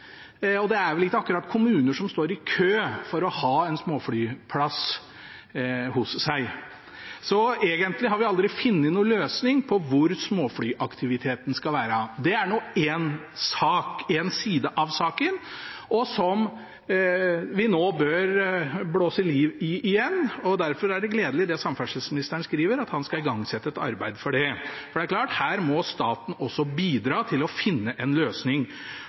og kommuner står vel ikke akkurat i kø for å ha en småflyplass hos seg. Så egentlig har vi aldri funnet noen løsning på hvor småflyaktiviteten skal være. Det er én side av saken, som vi nå bør blåse liv i igjen. Derfor er det gledelig det samferdselsministeren skriver, at han skal igangsette et arbeid for det. For det er klart at her må staten også bidra til å finne en løsning